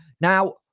Now